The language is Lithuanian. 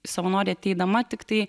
savanorė ateidama tiktai